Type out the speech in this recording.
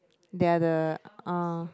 they are the uh